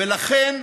ולכן,